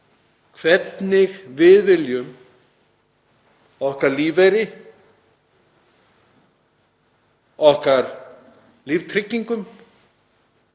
hvernig við viljum að okkar lífeyri, okkar líftryggingum,